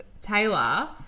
Taylor